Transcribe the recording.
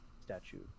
statue